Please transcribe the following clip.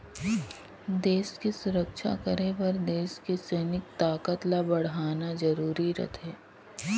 देस के सुरक्छा करे बर देस के सइनिक ताकत ल बड़हाना जरूरी रथें